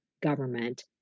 government